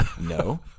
No